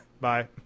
Bye